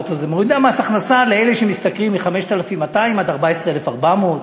מורידה מס הכנסה לאלה שמשתכרים מ-5,200 עד 14,400,